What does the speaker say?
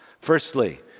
Firstly